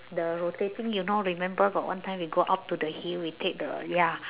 the rotating you know remember got one time we go up to the hill we take the ya